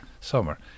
Summer